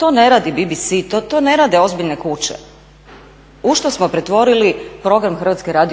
To ne radi BBC, to ne rade ozbiljne kuće. U što smo pretvorili program HRT-a?